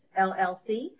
LLC